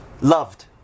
loved